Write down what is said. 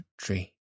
country